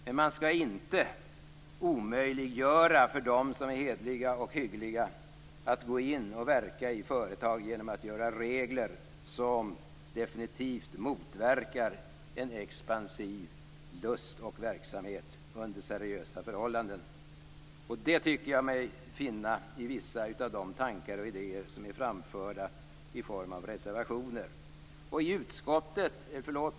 Men man skall inte omöjliggöra för dem som är hederliga och hyggliga att gå in och verka i företag genom att göra regler som definitivt motverkar en expansiv lust och verksamhet under seriösa förhållanden. Detta tycker jag mig finna i vissa av de tankar och idéer som är framförda i form av reservationer.